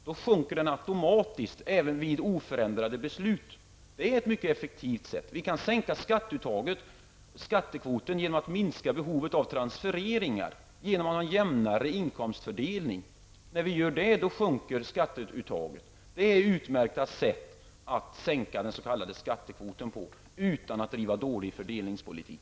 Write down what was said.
Då sjunker den automatiskt, även vid oförändrade beslut. Det är ett mycket effektivt sätt. Vi kan sänka skattekvoten genom att minska behovet av transfereringar, genom att ha en jämnare inkomstfördelning. När vi får det sjunker skatteuttaget. Det är utmärkta sätt att sänka den s.k. skattekvoten utan att driva dålig fördelningspolitik.